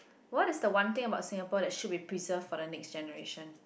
what is the one thing about Singapore that should be preserved for the next generation